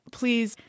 please